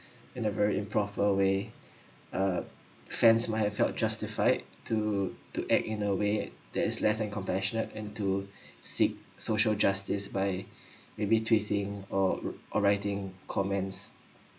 in a very improper way uh fans might have felt justified to to act in a way that is less than compassionate and to seek social justice by maybe twisting or or writing comments